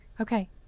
Okay